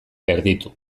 erditu